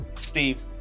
steve